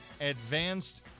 advanced